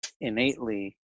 innately